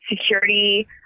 security